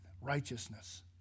righteousness